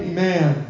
Amen